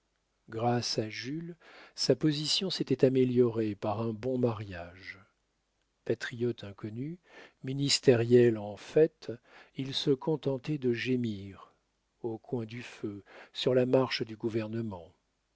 grâce à jules sa position s'était améliorée par un bon mariage patriote inconnu ministériel en fait il se contentait de gémir au coin du feu sur la marche du gouvernement